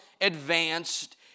advanced